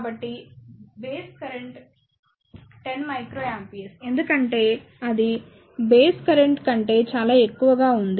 కాబట్టి base current 10µA ఎందుకంటే అది బేస్ కరెంట్ కంటే చాలా ఎక్కువగా ఉంది